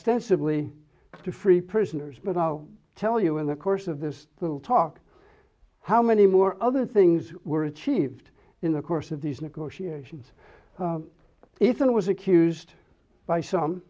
austin sibley to free prisoners but i'll tell you in the course of this little talk how many more other things were achieved in the course of these negotiations if it was accused by some